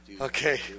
Okay